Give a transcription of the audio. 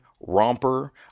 Romper